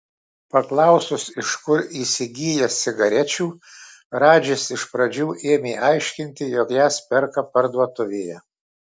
paklausus iš kur įsigyja cigarečių radžis iš pradžių ėmė aiškinti jog jas perka parduotuvėje